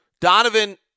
Donovan